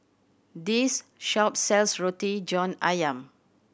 this shop sells Roti John Ayam